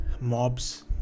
mobs